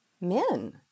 men